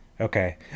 Okay